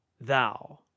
thou